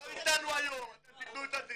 ולא איתנו היום, אתם תתנו את הדין.